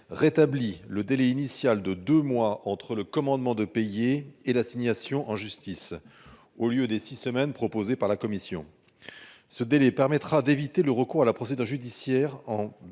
rétabli le délai initial de deux mois entre le commandement de payer et l'assignation en justice au lieu des 6 semaines proposée par la Commission. Ce délai permettra d'éviter le recours à la procédure judiciaire en